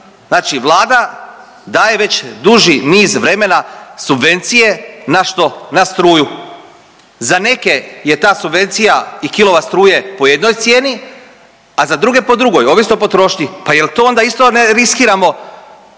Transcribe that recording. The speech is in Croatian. Znači Vlada daje već duži niz vremena subvencije na što, na struju. Za neke je ta subvencija i kilovat struje po jednoj cijeni, a za druge po drugoj ovisno o potrošnji. Pa jel to onda ne riskiramo